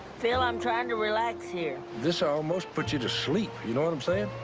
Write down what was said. phil, i'm trying to relax here. this almost puts you to sleep. you know what i'm saying?